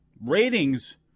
ratings